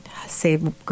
save